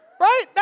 right